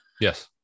Yes